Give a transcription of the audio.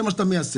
זה מה שאתה מיישם.